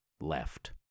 left